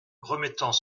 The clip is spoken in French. remettant